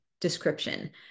description